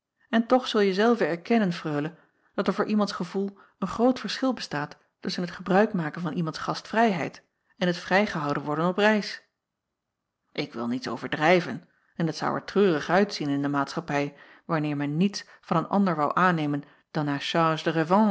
en toch zulje zelve erkennen reule dat er voor iemands gevoel een groot verschil bestaat tusschen het gebruik maken van iemands gastvrijheid en het vrijgehouden worden op reis k wil niets overdrijven en t zou er treurig uitzien in de maatschappij wanneer men niets van een ander woû aannemen dan